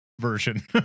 version